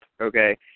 okay